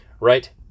Right